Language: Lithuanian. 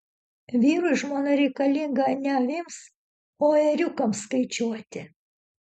vyrui žmona reikalinga ne avims o ėriukams skaičiuoti